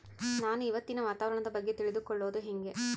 ನಾನು ಇವತ್ತಿನ ವಾತಾವರಣದ ಬಗ್ಗೆ ತಿಳಿದುಕೊಳ್ಳೋದು ಹೆಂಗೆ?